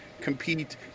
compete